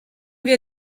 wir